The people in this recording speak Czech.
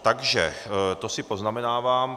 Takže to si poznamenávám.